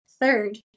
Third